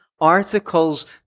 articles